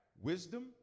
Wisdom